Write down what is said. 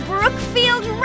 Brookfield